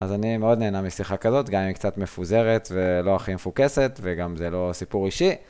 אז אני מאוד נהנה משיחה כזאת, גם אם היא קצת מפוזרת ולא הכי מפוקסת וגם אם זה לא סיפור אישי.